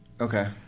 Okay